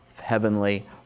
Heavenly